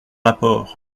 rapport